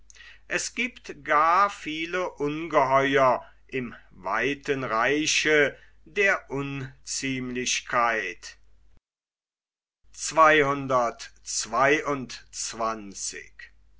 es giebt gar viele ungeheuer im weiten reiche der unziemlichkeit